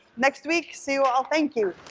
next week, see you all. thank you.